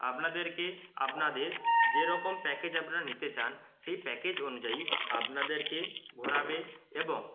আপনাদেরকে আপনাদের যে রকম প্যাকেজ আপনারা নিতে চান সেই প্যাকেজ অনুযায়ী আপনাদেরকে ঘোরাবে এবং